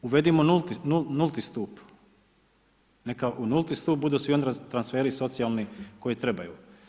Uvedimo nulti stup, neka u nulti stup budu svi oni transferi socijalni koji trebaju.